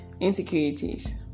insecurities